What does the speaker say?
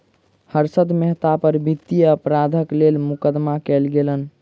हर्षद मेहता पर वित्तीय अपराधक लेल मुकदमा कयल गेलैन